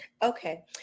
Okay